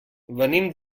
venim